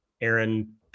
Aaron